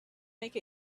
make